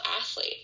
athlete